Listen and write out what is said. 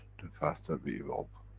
the faster we evolve,